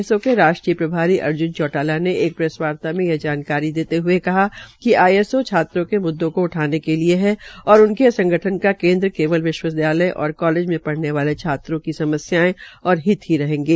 इसो के राष्ट्रीय प्रभारी अर्ज्न चोटाला ने एक प्रेसवार्ता में यह जानकारी देते हये कहा कि इसो छात्रों के मूददो के उठाने के लिये है और उनके संगठन का केन्द्र केवल विश्वविद्यालय और कालेज में पढ़ने वाले छात्रों की समस्यायें और हित ही रहेंगे